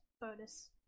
bonus